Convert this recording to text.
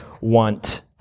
want